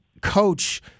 coach